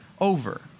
over